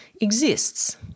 exists